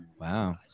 Wow